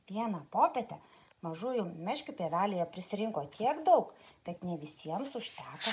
vieną popietę mažųjų meškių pievelėje prisirinko tiek daug kad ne visiems užteko